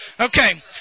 Okay